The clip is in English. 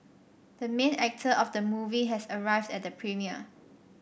the main actor of the movie has arrived at the premiere